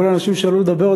כל האנשים שעלו לדבר,